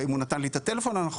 והאם הוא נתן לי את הטלפון הנכון,